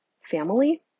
family